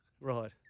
Right